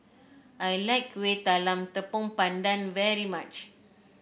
I like Kueh Talam Tepong Pandan very much